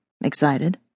Excited